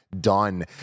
done